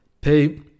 pay